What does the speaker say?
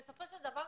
בסופו של דבר